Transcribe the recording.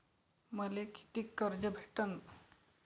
मले कितीक कर्ज भेटन?